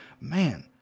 man